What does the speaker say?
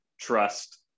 trust